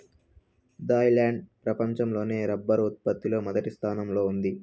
Thailand ప్రపంచం లోనే rubber ఉత్పత్తి లో మొదటి స్థానంలో ఉంది